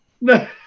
No